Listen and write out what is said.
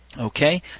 Okay